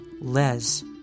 Les